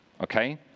okay